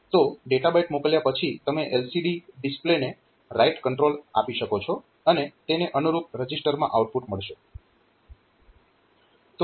તો data byte મોકલ્યા પછી તમે LCD ડિસ્પ્લેને રાઈટ કંટ્રોલ આપી શકો છો અને તેને અનુરૂપ રજીસ્ટરમાં આઉટપુટ મળશે